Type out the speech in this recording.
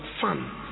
fun